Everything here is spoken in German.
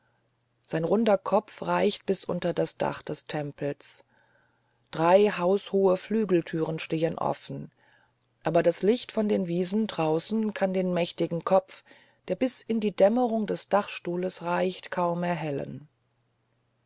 sein runder kopf reicht bis unter das dach des tempels drei haushohe flügeltüren stehen offen aber das licht von den wiesen draußen kann den mächtigen kopf der bis in die dämmerung des dachstuhles reicht kaum erhellen